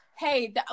hey